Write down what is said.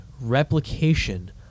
replication